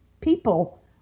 people